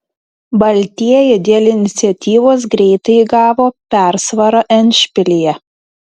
baltieji dėl iniciatyvos greitai įgavo persvarą endšpilyje